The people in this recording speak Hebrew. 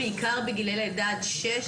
בעיקר בגילאי לידה עד 6,